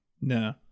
No